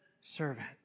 servant